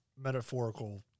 metaphorical